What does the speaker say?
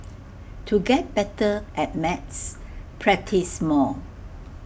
to get better at maths practise more